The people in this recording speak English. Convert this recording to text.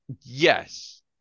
Yes